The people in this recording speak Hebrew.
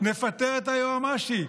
נפטר את היועמ"שית,